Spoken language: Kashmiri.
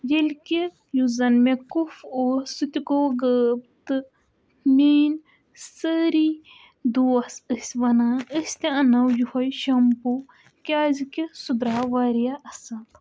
ییٚلہِ کہِ یُس زَن مےٚ کُف اوس سُہ تہِ گوٚو غٲب تہٕ میٛٲنۍ سٲری دوس أسۍ وَنان أسۍ تہِ اَنو یِہَے شَمپوٗ کیٛازِ کہِ سُہ درٛاو واریاہ اَصٕل